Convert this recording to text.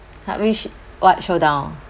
!huh! which what showdown